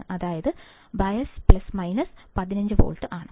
അതായത് bias plus minus 15 volt ആണ്